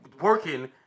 working